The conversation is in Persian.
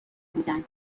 بودن